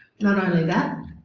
not only that,